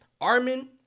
Armin